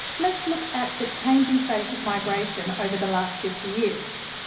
let's look at the changing face of migration over the last fifty years.